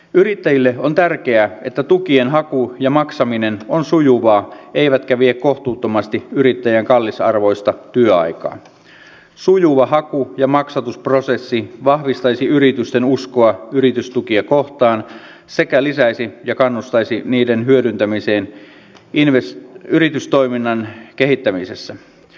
yrittäjille on tärkeää että tukien haku ja maksaminen on sujuvaa eivätkä vie kohtuuttomasti yrittäjän kallisarvoista työaikaa sujuva haku ja maksatusprosessi vahvistaisi yritysten uskoa yritystukia kohtaan sekä lisäisi ja kannustaisi niiden hyödyntämiseen ilves yritystoiminnan kehittämisessä